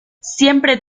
siempre